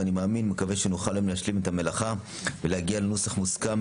ואני מאמין ומקווה שנוכל היום להשלים את המלאכה ולהגיע לנוסח מוסכם,